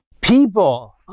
people